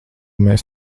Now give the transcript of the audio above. mēs